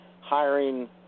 hiring